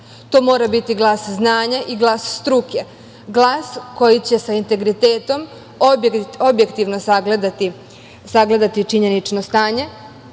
To mora biti glas znanja i glas struke, glas koji će sa integritetom objektivno sagledati činjenično stanje